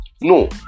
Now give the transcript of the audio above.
No